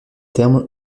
terme